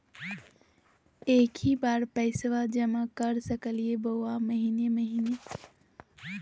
एके बार पैस्बा जमा कर सकली बोया महीने महीने?